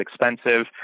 expensive